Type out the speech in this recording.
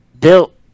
built